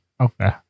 Okay